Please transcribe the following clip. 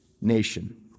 nation